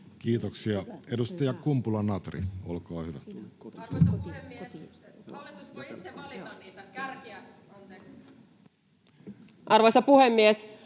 Kiitoksia. — Edustaja Kumpula-Natri, olkaa hyvä. Arvoisa puhemies!